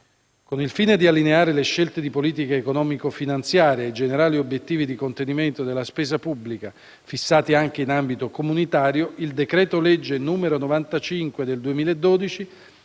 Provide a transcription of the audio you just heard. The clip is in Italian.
Con il fine di allineare le scelte di politica economico-finanziaria ai generali obiettivi di contenimento della spesa pubblica fissati anche in ambito comunitario, il decreto-legge n. 95 del 6